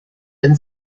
been